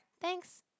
Thanks